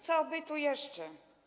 Co by tu jeszcze?